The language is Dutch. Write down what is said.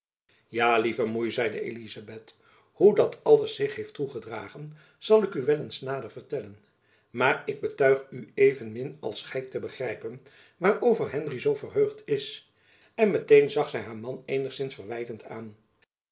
ja lieve moei zeide elizabeth hoe dat alles zich heeft toegedragen zal ik u wel eens nader vertellen maar ik betuig u evenmin als gy te begrijpen waarover henry zoo verheugd is en met-een zag zy haar man eenigzins verwijtend aan